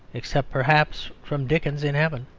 except perhaps from dickens in heaven,